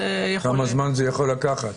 כמה זמן זה יכול לקחת?